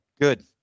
Good